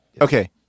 Okay